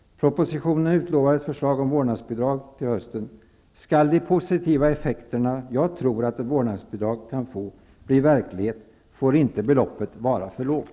Propositionen utlovar ett förslag om vårdnadsbidrag till hösten. Skall de positiva effekter som jag tror att ett vårdnadsbidrag kan få bli verklighet får inte beloppet vara för lågt.